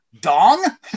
dong